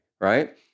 right